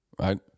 Right